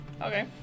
Okay